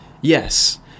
Yes